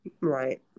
Right